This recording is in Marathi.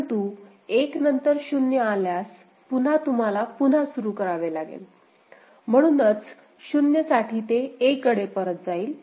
परंतु 1 नंतर 0 आल्यास पुन्हा तुम्हाला पुन्हा सुरू करावे लागेल म्हणूनच 0 साठी ते a कडे परत जाईल